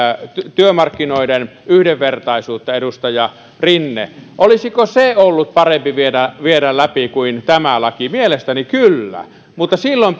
työmarkkinoiden yhdenvertaisuutta edustaja rinne olisiko se ollut parempi viedä viedä läpi kuin tämä laki mielestäni kyllä mutta silloin